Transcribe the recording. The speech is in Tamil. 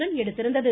ரன் எடுத்திருந்தது